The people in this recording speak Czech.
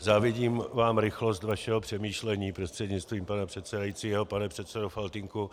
Závidím vám rychlost vašeho přemýšlení, prostřednictvím pana předsedajícího pane předsedo Faltýnku.